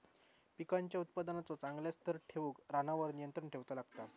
पिकांच्या उत्पादनाचो चांगल्या स्तर ठेऊक रानावर नियंत्रण ठेऊचा लागता